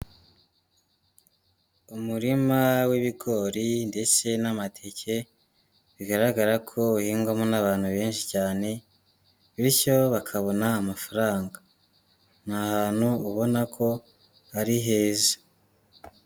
Umurima w'ibigori ndetse n'amateke, bigaragara ko uhingwamo n'abantu benshi cyane, bityo bakabona amafaranga, ni ahantu ubona ko ari heza.